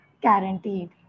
guaranteed